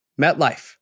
MetLife